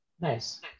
Nice